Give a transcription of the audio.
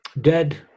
dead